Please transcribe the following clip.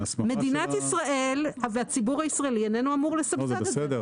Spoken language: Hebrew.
מדינת ישראל והציבור הישראלי לא אמור לסבסד את זה.